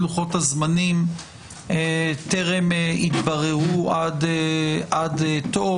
לוחות הזמנים טרם התבררו עד תום.